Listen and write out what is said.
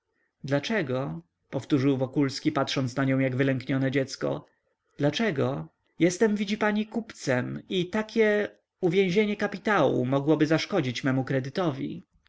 dlaczego powtórzył wokulski patrząc na nią jak wylęknione dziecko dlaczego jestem widzi pani kupcem i takie uwięzienie kapitału mogłoby zaszkodzić memu kredytowi